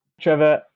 Trevor